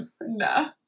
no